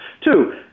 Two